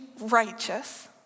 righteous